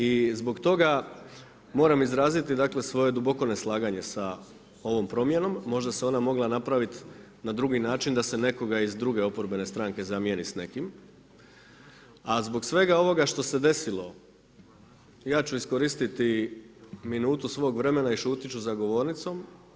I zbog toga moram izraziti dakle duboko neslaganje sa ovom promjenom, možda se ona mogla napravit na drugi način da se nekoga iz druge oporbene stranke zamjeni s nekim, a zbog svega ovog zašto se desilo, ja ću iskoristi minutu svog vremena i šutjet ću za govornicom.